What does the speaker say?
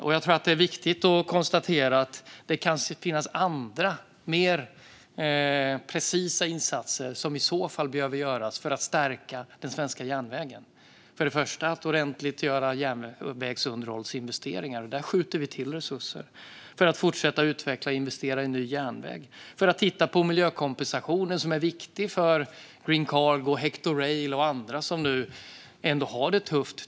Jag tror att det är viktigt att konstatera att det kan finnas andra, mer precisa insatser som i så fall behöver göras för att stärka den svenska järnvägen, först och främst ordentliga järnvägsunderhållsinvesteringar. Där skjuter vi till resurser, för att fortsätta att utveckla och investera i ny järnväg och för att titta på miljökompensationen, som är viktig för Green Cargo, Hector Rail och andra som nu har det tufft.